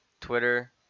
Twitter